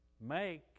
Make